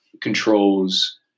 controls